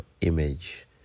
image